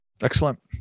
Excellent